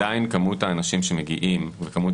עדיין מספר האנשים שמגיעים ומספר